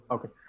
Okay